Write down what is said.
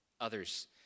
others